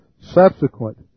subsequent